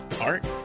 art